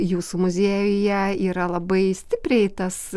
jūsų muziejuje yra labai stipriai tas